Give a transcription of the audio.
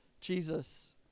Jesus